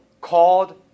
called